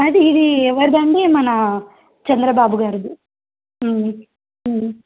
అది ఇది ఎవరిదండి మన చంద్రబాబు గారుది